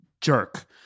jerk